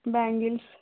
bangles